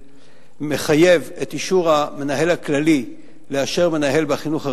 שמחייב את המנהל הכללי לאשר מנהל בחינוך הרשמי,